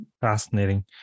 fascinating